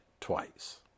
twice